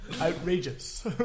Outrageous